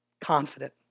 confident